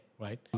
right